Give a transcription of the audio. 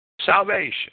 Salvation